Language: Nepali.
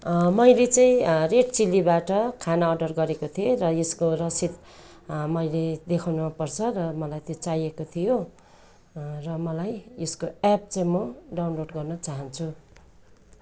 मैले चाहिँ रेड चिल्लीबाट खाना अर्डर गरेको थिएँ र यसको रसिद मैले देखाउनु पर्छ र मलाई त्यो चाहिएको थियो र मलाई यसको एप चाहिँ म डाउनलोड गर्न चाहन्छु